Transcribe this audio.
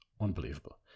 unbelievable